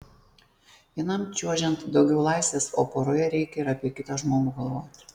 vienam čiuožiant daugiau laisvės o poroje reikia ir apie kitą žmogų galvoti